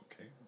okay